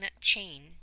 chain